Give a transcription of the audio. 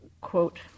quote